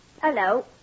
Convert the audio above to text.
Hello